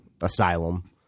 asylum